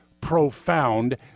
profound